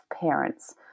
parents